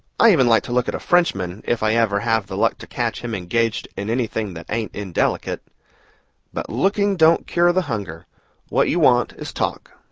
i even like to look at a frenchman if i ever have the luck to catch him engaged in anything that ain't indelicate but looking don't cure the hunger what you want is talk.